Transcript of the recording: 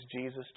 Jesus